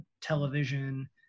television